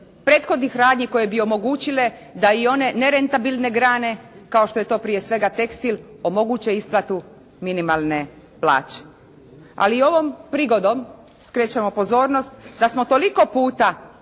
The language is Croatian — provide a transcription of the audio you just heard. prethodnih radnji koje bi omogućile da i one nerentabilne grane kao što je to prije svega tekstil omoguće isplatu minimalne plaće. Ali ovom prigodom skrećemo pozornost da smo toliko puta